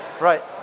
Right